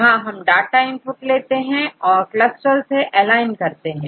यहां हम data input लेते हैं और CLUSTAL से एलाइन करते हैं